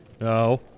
No